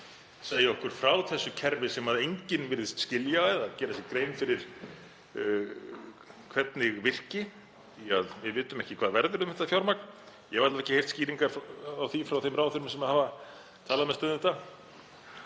segja okkur frá þessu kerfi sem enginn virðist skilja eða gera sér grein fyrir hvernig virkar, því að við vitum ekki hvað verður um þetta fjármagn? Ég hef alla vega ekki heyrt skýringar á því frá þeim ráðherrum sem talað hafa mest um þetta.